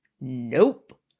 nope